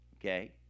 Okay